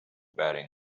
bedding